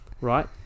Right